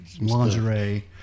lingerie